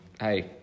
Hey